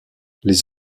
les